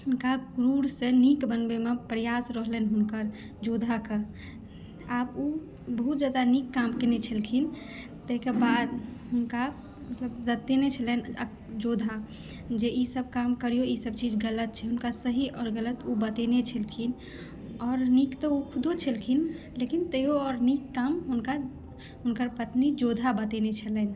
हुनका क्रूरसँ नीक बनबै मे प्रयास रहलनि हुनकर योद्धाके आब ओ बहुत जादा नीक काम कयने छलखिन ताहिके बाद हुनका बतौने छलनि योद्धा जे ई सब काम करियौ ई सब चीज गलत छै हुनका सही आओर गलत ओ बतौने छलखिन आओर नीक तऽ ओ खुदो छलखिन लेकिन तैयो आओर नीक काम हुनका हुनकर पत्नी योद्धा बतौने छलनि